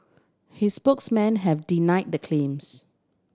his spokesmen have deny the claims